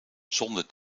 zonder